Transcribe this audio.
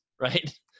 right